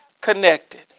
connected